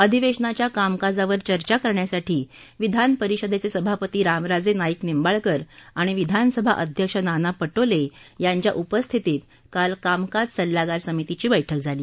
अधिवेशनाच्या कामकाजावर चर्चा करण्यासाठी विधान परिषदेचे सभापती रामराजे नाईक निंबाळकर आणि विधानसभा अध्यक्ष नाना पटोले यांच्या उपस्थितीत काल कामकाज सल्लागार समितीची बैठक झाली